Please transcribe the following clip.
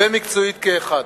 ומקצועית כאחד.